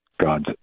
God's